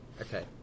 Okay